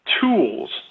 tools